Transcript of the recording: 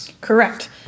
Correct